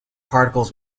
particles